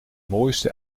mooiste